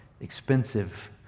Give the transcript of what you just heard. expensive